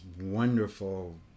wonderful